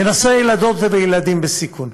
בנושא ילדות וילדים בסיכון,